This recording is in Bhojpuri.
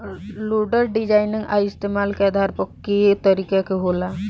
लोडर डिजाइन आ इस्तमाल के आधार पर कए तरीका के होला